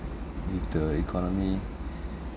if the economy